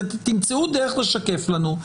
תמצאו דרך לשקף לנו.